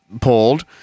pulled